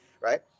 Right